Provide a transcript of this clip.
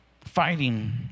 fighting